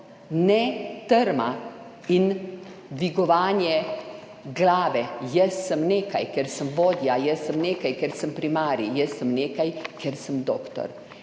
ne trma in dvigovanje glave "jaz sem nekaj, ker sem vodja, jaz sem nekaj, ker sem primarij, jaz sem nekaj, ker sem doktor."